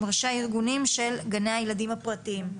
ראשי הארגונים של גני הילדים הפרטיים,